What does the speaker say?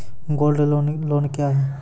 Gold loan loan क्या हैं?